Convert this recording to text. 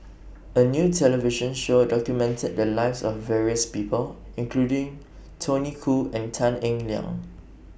A New television Show documented The Lives of various People including Tony Khoo and Tan Eng Liang